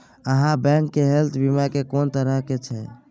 आहाँ बैंक मे हेल्थ बीमा के कोन तरह के छै?